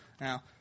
Now